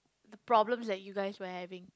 the problems that you guys were having